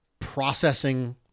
processing